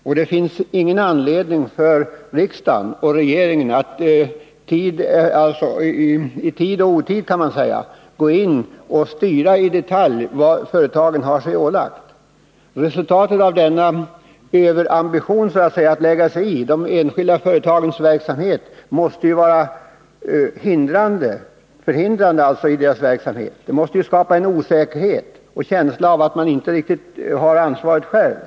Och det finns ingen anledning för riksdagen och regeringen att i tid och otid gå in och styra i detalj vad företagen har sig ålagt. En sådan överambition att lägga sig i de enskilda företagens verksamhet måste vara hindrande i deras verksamhet och skapa Nr 48 en osäkerhet och en känsla av att de inte riktigt har ansvaret själva.